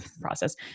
process